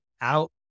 out